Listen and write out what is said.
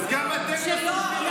הבעיה זה, אז גם אתם לא סומכים